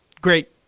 great